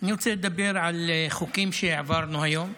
אני רוצה לדבר על חוקים שהעברנו היום.